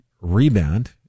rebound